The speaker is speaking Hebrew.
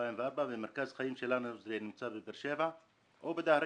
2004 ומרכז החיים שלנו בבאר שבע או בדהריה,